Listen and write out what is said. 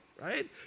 right